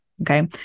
Okay